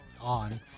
on